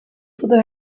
zuten